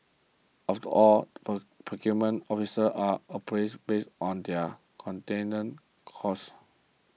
after all procurement officers are appraised based on their containing costs